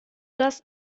das